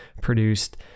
produced